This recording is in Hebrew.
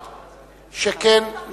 לא, אין שר ביטחון בישראל.